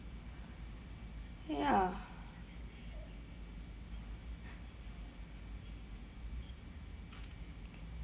ya